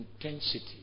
intensity